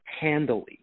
handily